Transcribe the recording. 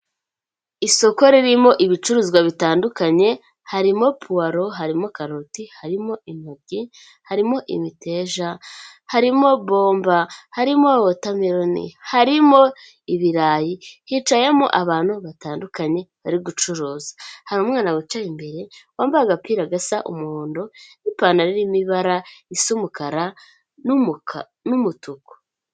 Isoko ririmo ibicuruzwa bitandukanye harimo puwalo, harimo karoti, harimo intoryi, harimo imiteja, harimo bomba, harimo wotameloni, harimo ibirayi, hicayemo abantu batandukanye bari gucuruza, hari umwana wicaye imbere wambaye agapira gasa umuhondo n'ipantaro irimo ibara isa umukara n'umutuku.